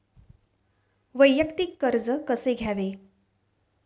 वैयक्तिक कर्ज कसे घ्यावे?